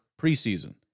preseason